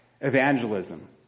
evangelism